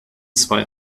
zwei